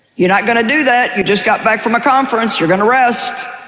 you're not going to do that, you just got back from a conference, you're going to rest,